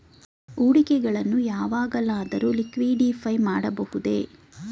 ಹೂಡಿಕೆಗಳನ್ನು ಯಾವಾಗಲಾದರೂ ಲಿಕ್ವಿಡಿಫೈ ಮಾಡಬಹುದೇ?